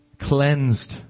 Cleansed